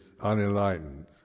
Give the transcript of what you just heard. unenlightened